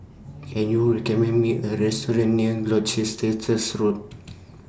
Can YOU recommend Me A Restaurant near Gloucester Road